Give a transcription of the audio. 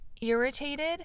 irritated